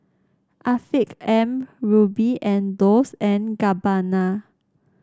Afiq M Rubi and Dolce and Gabbana